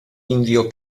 indio